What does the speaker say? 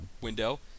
window